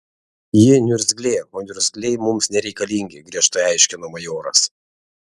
ji niurzglė o niurzgliai mums nereikalingi griežtai aiškino majoras